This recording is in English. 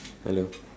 hello